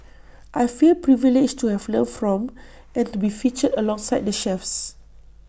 I feel privileged to have learnt from and to be featured alongside the chefs